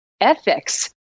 ethics